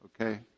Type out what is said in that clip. Okay